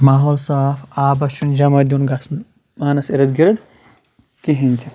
ماحول صاف آبَس چھُنہٕ جمع دیُن گژھنہٕ پانَس اِرد گِرد کِہیٖنۍ تہِ